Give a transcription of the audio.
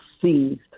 seized